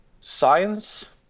science